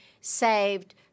saved